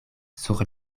sur